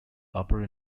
upper